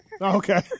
okay